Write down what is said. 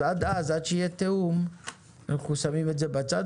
עד שיהיה תיאום אנחנו שמים את זה בצד.